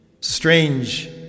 Strange